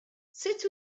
sut